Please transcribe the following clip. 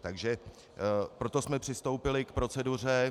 Takže proto jsme přistoupili k proceduře...